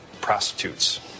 prostitutes